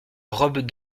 robe